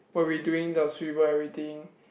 when we doing the swivel everything